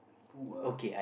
who ah